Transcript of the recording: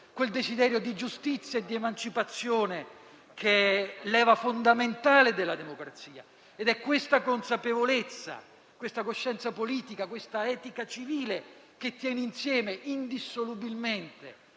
quel desiderio di giustizia e di emancipazione che è leva fondamentale della democrazia. È questa consapevolezza, questa coscienza politica, questa etica civile che tiene insieme indissolubilmente